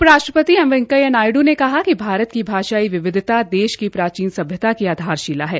उप राष्ट्रपति एम वैंकेया नायड् ने कहा है कि भारत की भाषाई विविधता देश की प्राचीन सभ्यता की आधारशिला है